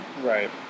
Right